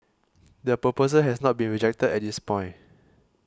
the proposal has not been rejected at this point